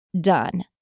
done